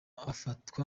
afatwa